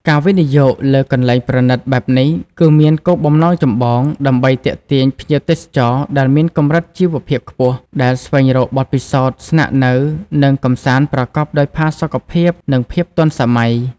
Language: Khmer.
ការវិនិយោគលើកន្លែងប្រណីតបែបនេះ គឺមានគោលបំណងចម្បង ដើម្បីទាក់ទាញភ្ញៀវទេសចរដែលមានកម្រិតជីវភាពខ្ពស់ ដែលស្វែងរកបទពិសោធន៍ស្នាក់នៅ និងកម្សាន្តប្រកបដោយផាសុកភាព និងភាពទាន់សម័យ។